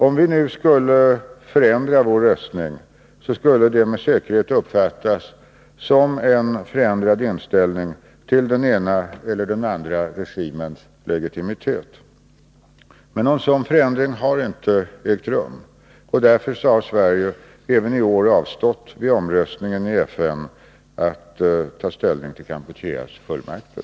Om vi nu skulle förändra vår röstning, skulle det med säkerhet uppfattas som en förändrad inställning till den ena eller den andra regimens legitimitet. Men någon sådan förändring har inte ägt rum. Därför har Sverige även i år avstått vid omröstningen i FN från att ta ställning till Kampucheas fullmakter.